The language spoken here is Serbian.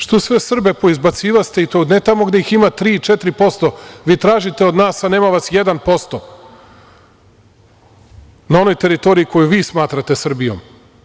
Što sve Srbe poizbacivaste, ne tamo gde ih ima 3% ili 4%, vi tražite od nas, a nema vas 1%, na onoj teritoriji na kojoj vi smatrate Srbijom?